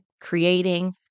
creating